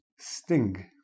sting